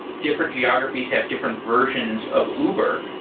different geographies have different versions of uber,